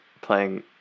playing